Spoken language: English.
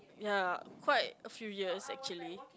ya quite a few years actually